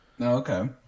okay